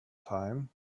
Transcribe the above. time